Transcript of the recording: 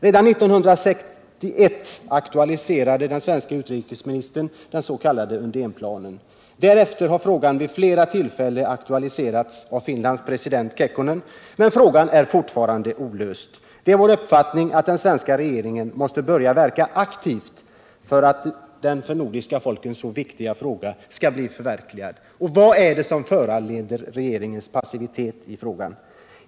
Redan 1961 aktualiserade den svenske utrikesministern den s.k. Undénplanen. Därefter har frågan vid flera tillfällen aktualiserats av Finlands president Kekkonen. Men frågan är fortfarande olöst. Det är vår uppfattning att den svenska regeringen måste börja verka aktivt för att denna för de nordiska folken så viktiga fråga skall bli förverkligad. Vad är det som föranleder regeringens passivitet i frågan?